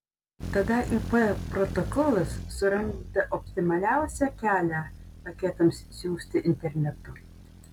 tada ip protokolas suranda optimaliausią kelią paketams siųsti internetu